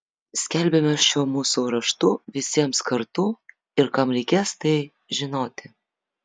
skelbiame šiuo mūsų raštu visiems kartu ir kam reikės tai žinoti